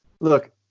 Look